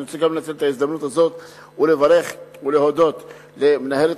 אני רוצה לנצל את ההזדמנות הזאת ולברך ולהודות למנהלת